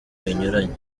binyuranye